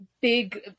big